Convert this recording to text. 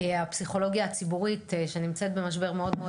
הפסיכולוגיה הציבורית שנמצאת במשבר מאוד-מאוד